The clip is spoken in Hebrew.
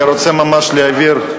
אני רוצה ממש להבהיר,